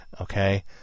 Okay